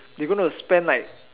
they gonna spend like